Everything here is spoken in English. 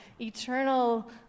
eternal